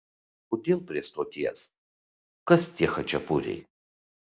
kodėl prie stoties kas tie chačapuriai